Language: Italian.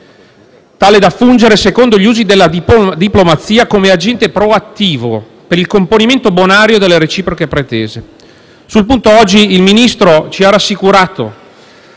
tale da fungere, secondo gli usi della diplomazia, come agente proattivo per il componimento bonario delle reciproche pretese. Sul punto oggi il Ministro ci ha rassicurato,